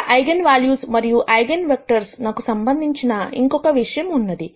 అక్కడ eigenvalues మరియు eigenvectors నకు సంబంధించిన ఇంకొక విషయం ఉన్నది